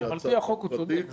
--- על פי החוק הוא צודק.